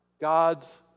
God's